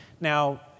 Now